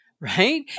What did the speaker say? Right